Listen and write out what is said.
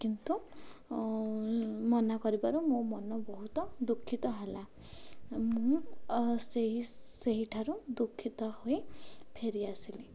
କିନ୍ତୁ ମନା କରିବାରୁ ମୋ ମନ ବହୁତ ଦୁଃଖିତ ହେଲା ମୁଁ ସେହି ସେହିଠାରୁ ଦୁଃଖିତ ହୋଇ ଫେରି ଆସିଲି